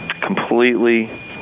completely